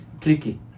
tricky